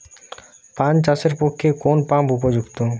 পান চাষের পক্ষে কোন পাম্প উপযুক্ত?